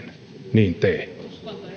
niin tee